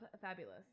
Fabulous